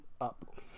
up